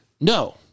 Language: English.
No